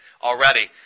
already